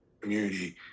community